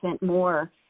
more